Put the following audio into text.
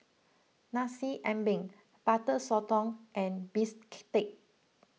Nasi Ambeng Butter Sotong and Bistake